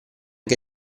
che